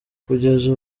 kugeza